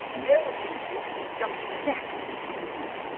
no thank you just the facts, if you please.